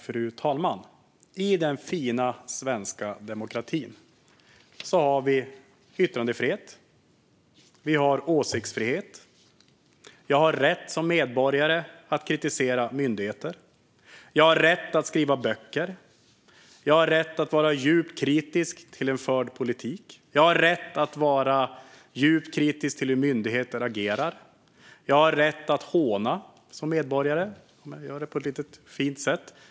Fru talman! I den fina svenska demokratin har vi yttrandefrihet. Vi har åsiktsfrihet. Jag har som medborgare rätt att kritisera myndigheter. Jag har rätt att skriva böcker. Jag har rätt att vara djupt kritisk till en förd politik. Jag har rätt att vara djupt kritisk till hur myndigheter agerar. Jag har som medborgare rätt att håna, om jag gör det på ett lite fint sätt.